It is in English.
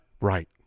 Right